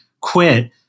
quit